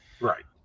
right